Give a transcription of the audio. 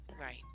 Right